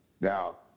Now